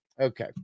Okay